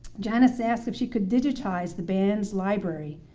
janice asked if she could digitize the band's library.